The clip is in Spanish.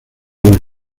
los